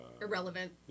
Irrelevant